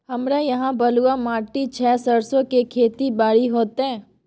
हमरा यहाँ बलूआ माटी छै सरसो के खेती बारी होते?